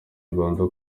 ibanza